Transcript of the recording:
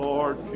Lord